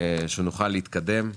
מאוד שנוכל להתקדם.